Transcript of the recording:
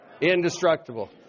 indestructible